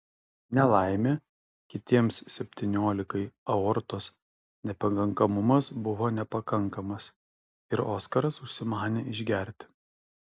nelaimė kitiems septyniolikai aortos nepakankamumas buvo nepakankamas ir oskaras užsimanė išgerti